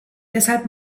deshalb